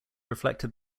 reflected